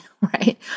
right